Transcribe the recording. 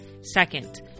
Second